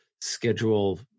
schedule